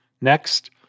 Next